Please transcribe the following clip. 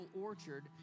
orchard